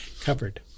covered